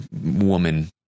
woman